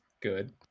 good